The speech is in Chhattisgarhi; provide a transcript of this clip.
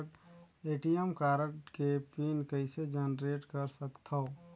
ए.टी.एम कारड के पिन कइसे जनरेट कर सकथव?